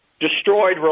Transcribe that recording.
destroyed